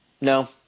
No